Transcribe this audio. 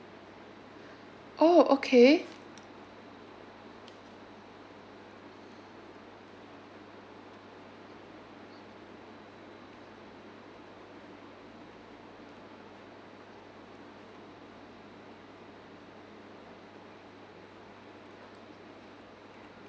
oh okay